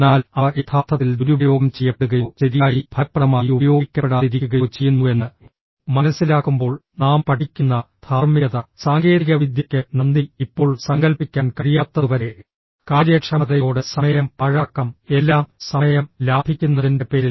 എന്നാൽ അവ യഥാർത്ഥത്തിൽ ദുരുപയോഗം ചെയ്യപ്പെടുകയോ ശരിയായി ഫലപ്രദമായി ഉപയോഗിക്കപ്പെടാതിരിക്കുകയോ ചെയ്യുന്നുവെന്ന് മനസ്സിലാക്കുമ്പോൾ നാം പഠിക്കുന്ന ധാർമ്മികത സാങ്കേതികവിദ്യയ്ക്ക് നന്ദി ഇപ്പോൾ സങ്കൽപ്പിക്കാൻ കഴിയാത്തതുവരെ കാര്യക്ഷമതയോടെ സമയം പാഴാക്കാം എല്ലാം സമയം ലാഭിക്കുന്നതിന്റെ പേരിൽ